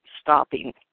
stopping